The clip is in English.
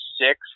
six